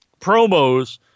promos